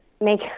make